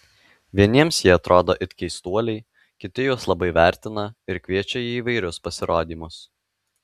vieniems jie atrodo it keistuoliai kiti juos labai vertina ir kviečia į įvairius pasirodymus